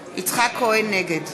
כהן, נגד